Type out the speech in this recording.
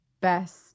best